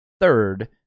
third